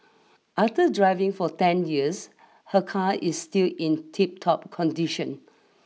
after driving for ten years her car is still in tiptop condition